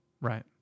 Right